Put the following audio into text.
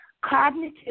cognitive